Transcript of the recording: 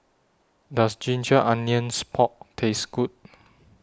Does Ginger Onions Pork Taste Good